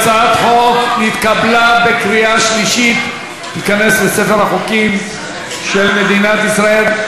הצעת החוק התקבלה בקריאה שלישית ותיכנס לספר החוקים של מדינת ישראל.